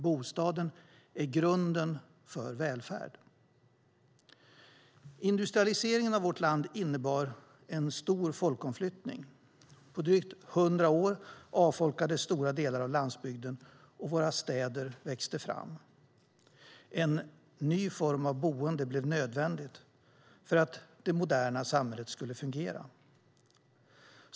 Bostaden är grunden för välfärd. Industrialiseringen av vårt land innebar en stor folkomflyttning. På drygt hundra år avfolkades stora delar av landsbygden och våra städer växte fram. En ny form av boende blev nödvändig för att det moderna samhället skulle fungera.